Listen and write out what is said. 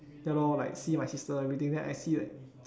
ya lor like see my sister everything then I see like